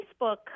Facebook